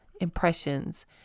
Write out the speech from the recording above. impressions